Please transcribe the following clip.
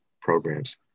programs